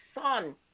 son